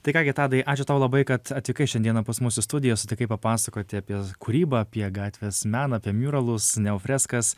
tai ką gi tadai ačiū tau labai kad atvykai šiandieną pas mus į studiją sutikai papasakoti apie kūrybą apie gatvės meną apie miuralus neofreskas